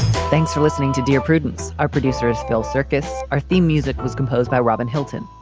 thanks for listening to dear prudence. our producer is phil circus. our theme music was composed by robin hilton.